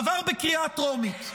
היא עברה בקריאה טרומית.